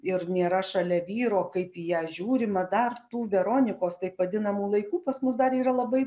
ir nėra šalia vyro kaip į ją žiūrima dar tų veronikos taip vadinamų laikų pas mus dar yra labai